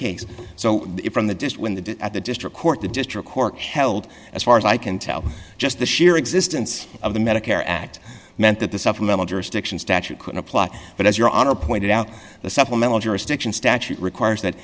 case so from the just when the at the district court the district court held as far as i can tell just the sheer existence of the medicare act meant that the supplemental jurisdiction statute could apply but as your honor pointed out the supplemental jurisdiction statute requires that